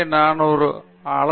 எனவே இது ஒரு சிறந்த வழிமுறையாகும்